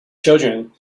children